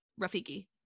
Rafiki